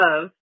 love